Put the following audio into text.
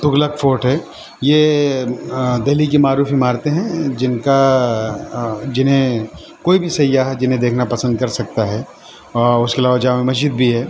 Tughlaq fort ہے یہ دہلی کی معروف عمارتیں ہیں جن کا جنہیں کوئی بھی سیاح جنہیں دیکھنا پسند کر سکتا ہے اس کے علاوہ جامع مسجد بھی ہے